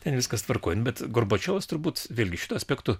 ten viskas tvarkoj nu bet gorbačiovas turbūt vėlgi šituo aspektu